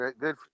Good